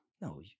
No